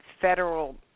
federal